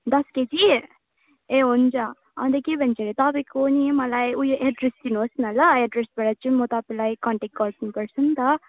दस केजी ए हुन्छ अन्त के भन्छ अरे तपाईँको नि मलाई उयो एड्रेस दिनुहोस् न ल एड्रेसबाट चाहिँ म तपाईँलाई कन्टेक गर्छु गर्छु नि त